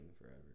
forever